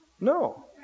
No